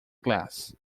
glass